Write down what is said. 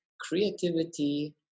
creativity